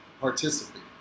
participate